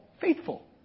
faithful